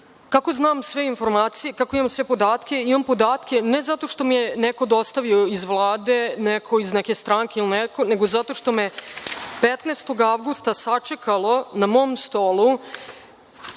Kako znam sve informacije i kako imam sve podatke, imam podatke ne zato što mi je neko dostavio iz Vlade, neko iz neke stranke, nego zato što me je 15. avgusta sačekalo na mom stolu